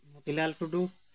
Motilal Tudu